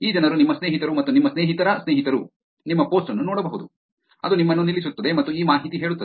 ಈ ಜನರು ನಿಮ್ಮ ಸ್ನೇಹಿತರು ಮತ್ತು ನಿಮ್ಮ ಸ್ನೇಹಿತರ ಸ್ನೇಹಿತರು ನಿಮ್ಮ ಪೋಸ್ಟ್ ಅನ್ನು ನೋಡಬಹುದು ಅದು ನಿಮ್ಮನ್ನು ನಿಲ್ಲಿಸುತ್ತದೆ ಮತ್ತು ಈ ಮಾಹಿತಿ ಹೇಳುತ್ತದೆ